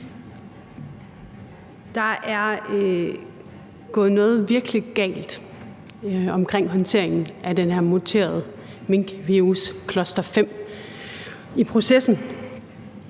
Der er gået noget virkelig galt med håndteringen af den her muterede minkvirus cluster-5 i processen.